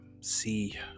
see